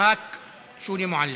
חברת הכנסת שולי מועלם.